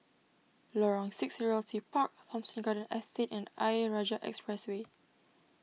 Lorong six Realty Park Thomson Garden Estate and Ayer Rajah Expressway